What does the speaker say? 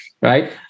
right